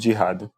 ג'יהאד –